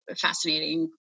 fascinating